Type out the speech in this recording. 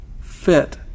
fit